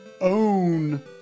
own